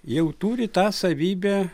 jau turi tą savybę